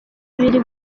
biri